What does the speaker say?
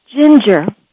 Ginger